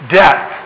death